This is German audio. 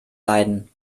leiden